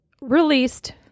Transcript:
released